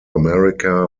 america